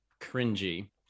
cringy